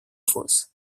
fausse